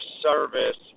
service